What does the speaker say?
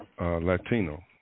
Latino